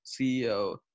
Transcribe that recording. CEO